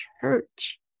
church